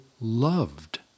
loved